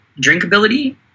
drinkability